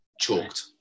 Chalked